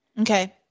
Okay